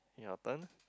your turn